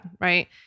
Right